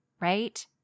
right